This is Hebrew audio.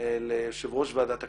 ליושב ראש ועדת הכספים,